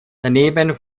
daneben